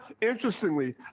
Interestingly